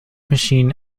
machine